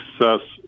success